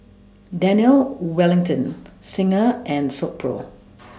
Daniel Wellington Singha and Silkpro